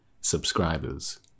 subscribers